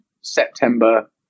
September